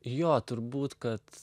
jo turbūt kad